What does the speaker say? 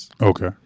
Okay